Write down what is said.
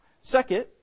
Second